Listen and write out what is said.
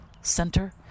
center